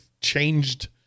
changed